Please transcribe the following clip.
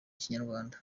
ikinyarwanda